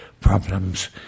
problems